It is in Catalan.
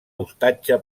ostatge